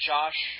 Josh